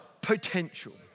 potential